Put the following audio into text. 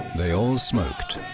they all smoked,